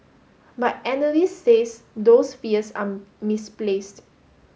but analysts says those fears are misplaced